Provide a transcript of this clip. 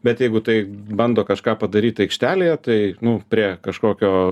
bet jeigu tai bando kažką padaryt aikštelėje tai nu prie kažkokio